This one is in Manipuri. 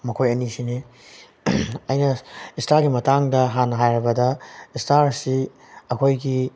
ꯃꯈꯣꯏ ꯑꯅꯤꯁꯤꯅꯤ ꯑꯩꯅ ꯏꯁꯇꯥꯔꯒꯤ ꯃꯇꯥꯡꯗ ꯍꯥꯟꯅ ꯍꯥꯏꯔꯕꯗ ꯏꯁꯇꯥꯔꯁꯤ ꯑꯩꯈꯣꯏꯒꯤ